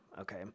Okay